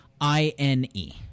I-N-E